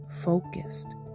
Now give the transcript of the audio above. focused